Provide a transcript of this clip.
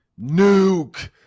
Nuke